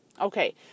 Okay